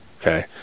okay